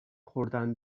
خوردن